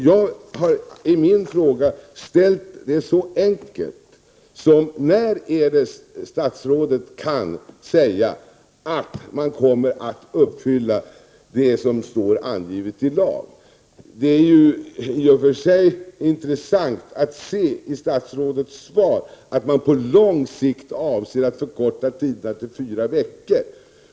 Jag har ställt min fråga på ett enkelt sätt: När kan statsrådet säga att man kommer att kunna uppfylla det som står angivet i lag? Det är ju i och för sig intressant att läsa i statsrådets svar att man på lång sikt avser att förkorta tiderna till fyra veckor.